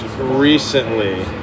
recently